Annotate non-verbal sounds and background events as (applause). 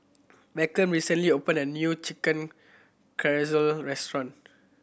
Beckham recently opened a new Chicken (unintelligible) restaurant